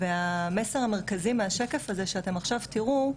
והמסר המרכזי מהשקף הזה שאתם עכשיו תיראו,